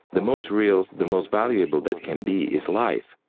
the most real, the most valuable, that can be is life.